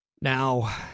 Now